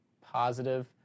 positive